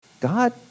God